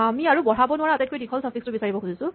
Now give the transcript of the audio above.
আমি আৰু বঢ়াব নোৱাৰা আটাইতকৈ দীঘল চাফিক্সটো বিচাৰিব খুজিছোঁ